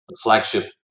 flagship